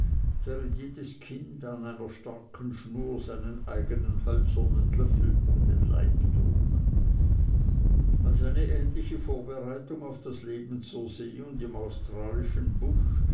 jedes kind an einer starken schnur seinen eignen hölzernen löffel um den leib trug als eine ähnliche vorbereitung auf das leben zur see und im australischen busch